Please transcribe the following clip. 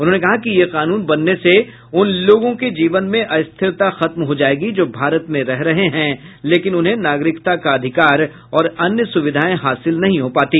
उन्होंने कहा कि यह कानून बनने से उन लोगों के जीवन में अस्थिरता खत्म हो जायेगी जो भारत में रह रहे हैं लेकिन उन्हें नागरिकता का अधिकार और अन्य सुविधाएं हासिल नहीं हो पाती